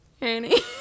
Annie